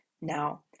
Now